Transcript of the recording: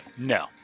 No